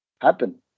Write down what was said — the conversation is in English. happen